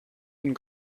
and